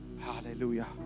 Hallelujah